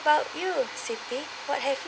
about you siti what have